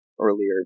earlier